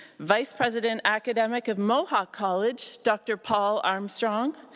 vice-president, academic of mohawk college dr. paul armstrong.